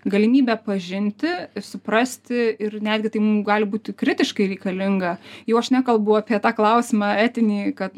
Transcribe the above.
galimybę pažinti suprasti ir netgi tai gali būti kritiškai reikalinga jau aš nekalbu apie tą klausimą etinį kad